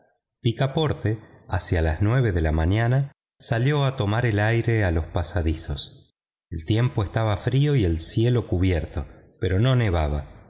picaporte hacia las nueve de la mañana salió a tomar aire a los pasadizos el tiempo estaba frío y el cielo cubierto pero no nevaba